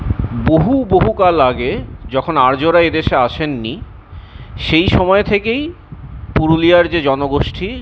বহু বহুকাল আগে যখন আর্যরা এদেশে আসেননি সেই সময় থেকেই পুরুলিয়ার যে জনগোষ্ঠী